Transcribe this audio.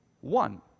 one